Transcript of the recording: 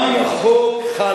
גם אם החוק חל,